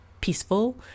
peaceful